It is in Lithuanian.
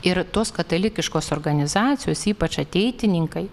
ir tos katalikiškos organizacijos ypač ateitininkai